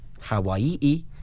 Hawaii